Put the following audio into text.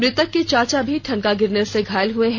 मृतक के चाचा भी ठनका गिरने से घायल हैं